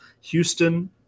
Houston